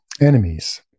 enemies